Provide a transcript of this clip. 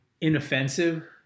inoffensive